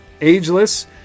ageless